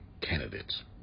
candidates